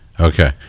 Okay